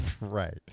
Right